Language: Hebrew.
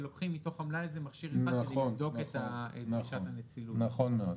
ולוקחים מתוך המלאי הזה מכשיר אחד כדי לבדוק את הנצילות שלו.